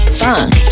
funk